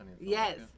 yes